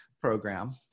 program